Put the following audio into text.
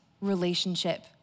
relationship